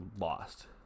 lost